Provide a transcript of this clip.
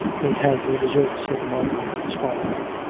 they had their deserts, said marjorie, smiling.